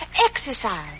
exercise